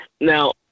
Now